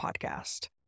podcast